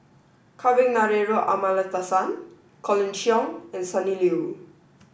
Kavignareru Amallathasan Colin Cheong and Sonny Liew